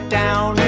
down